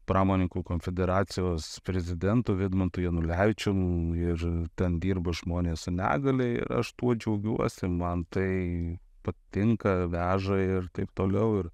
pramoninkų konfederacijos prezidentu vidmantu janulevičium ir ten dirba žmonės su negalia ir aš tuo džiaugiuosi man tai patinka veža ir taip toliau ir